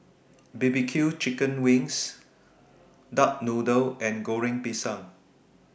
B B Q Chicken Wings Duck Noodle and Goreng Pisang